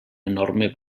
enorme